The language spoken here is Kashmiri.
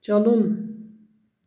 چلُن